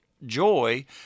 joy